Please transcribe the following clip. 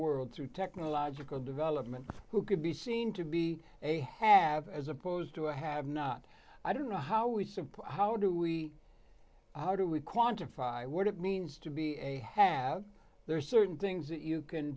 world through technological development who could be seen to be a have as opposed to a have not i don't know how we support how do we how do we quantify what it means to be a have there are certain things that you can